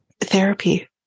therapy